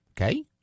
Okay